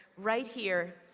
right here,